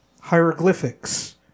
hieroglyphics